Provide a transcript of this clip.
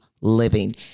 living